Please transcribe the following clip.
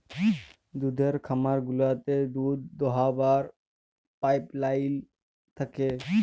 দুহুদের খামার গুলাতে দুহুদ দহাবার পাইপলাইল থ্যাকে